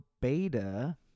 beta